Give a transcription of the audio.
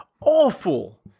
awful